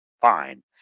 fine